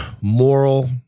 moral